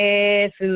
Yes